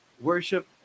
worship